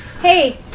hey